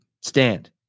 stand